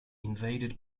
invaded